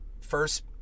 first